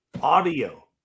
Audio